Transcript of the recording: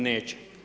Neće!